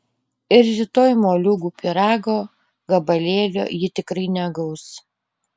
ir rytoj moliūgų pyrago gabalėlio ji tikrai negaus